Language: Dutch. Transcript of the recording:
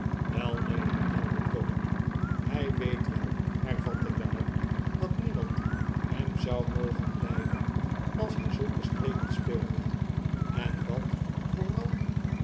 wel neen herhaalde tony hij weet wel hervatte weller dat niemand hem zou mogen lijden als hy zulke streken speelde en dat vooralzyn